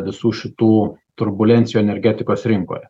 visų šitų turbulencijų energetikos rinkoje